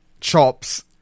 chops